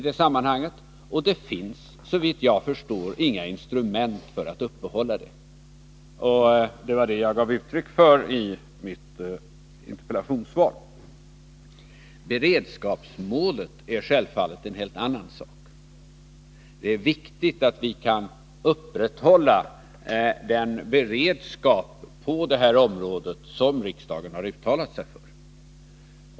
Det finns såvitt jag förstår inga instrument för att uppehålla det. Det var det jag gav uttryck för i mitt interpellationssvar. Beredskapsmålet är självfallet en helt annan sak. Det är viktigt att vi kan upprätthålla den beredskap på det här området som riksdagen har uttalat sig för.